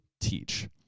teach